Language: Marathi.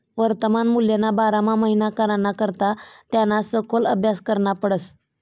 वर्तमान मूल्यना बारामा माहित कराना करता त्याना सखोल आभ्यास करना पडस